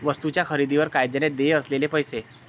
वस्तूंच्या खरेदीवर कायद्याने देय असलेले पैसे